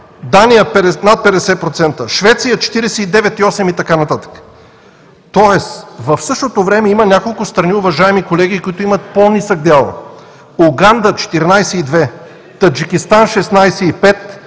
Дания с над 50%, Швеция – 49,8%, и така нататък. В същото време има няколко страни, уважаеми колеги, които имат по-нисък дял: Уганда – 14,2%, Таджикистан – 16,5%,